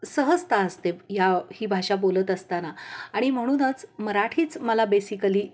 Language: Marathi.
सहजता असते ह्या ही भाषा बोलत असताना आणि म्हणूनच मराठीच मला बेसिकली